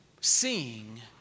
Seeing